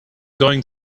going